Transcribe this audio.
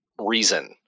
reason